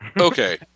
Okay